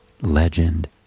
Legend